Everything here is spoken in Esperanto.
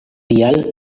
tial